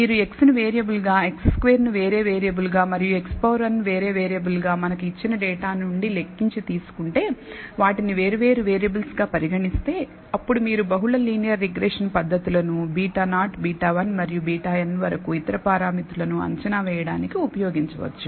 మీరు x ను variable గా x2 వేరే వేరియబుల్ గా మరియు xn వేరే వేరియబుల్ గా మనకు ఇచ్చిన డేటా నుండి లెక్కించి తీసుకుంటే వాటిని వేర్వేరు వేరియబుల్స్గా పరిగణిస్తే అప్పుడు మీరు బహుళ లీనియర్ రిగ్రెషన్ పద్ధతులు ను β0 β1 మరియు βn వరకు ఇతర పారామితులను అంచనా వేయడానికి ఉపయోగించవచ్చు